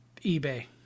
eBay